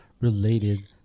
related